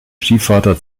stiefvater